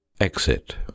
Exit